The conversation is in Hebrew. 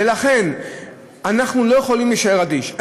ולכן אנחנו לא יכולים להישאר אדישים,